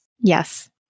Yes